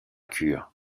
cure